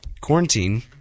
quarantine